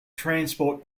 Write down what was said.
transport